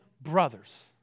brothers